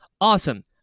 awesome